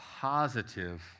positive